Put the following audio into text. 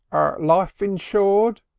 ah life insured?